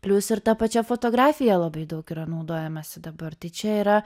plius ir ta pačia fotografija labai daug yra naudojamasi dabar tai čia yra